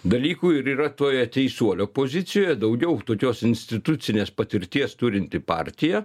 dalykų ir yra toje teisuolio pozicijoje daugiau tokios institucinės patirties turinti partija